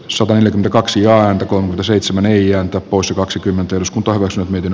suhonen kaksi ääntä kun seitsemän eija tapossa kaksikymmentä osku torrokset miten